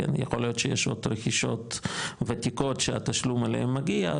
יכול להיות שיש עוד רכישות וותיקות שהתשלום עליהם מגיע,